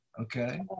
Okay